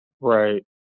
Right